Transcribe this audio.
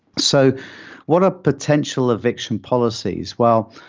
so what are potential eviction policies? well,